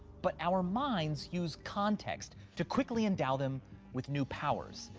but our minds use context to quickly endow them with new powers.